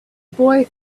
boy